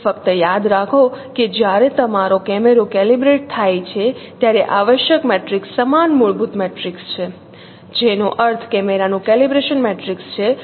તેથી ફક્ત યાદ રાખો કે જ્યારે તમારો કેમેરો કેલિબ્રેટ થાય છે ત્યારે આવશ્યક મેટ્રિક્સ સમાન મૂળભૂત મેટ્રિક્સ છે જેનો અર્થ કેમેરાનું કેલિબ્રેશન મેટ્રિક્સ છે